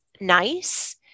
nice